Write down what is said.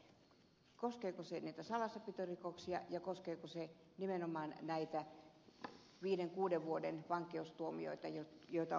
koskeeko se näitä salassapitorikoksia ja koskeeko se nimenomaan viiden kuuden vuoden vankeustuomioita joita on mahdollisuus saada